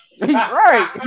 Right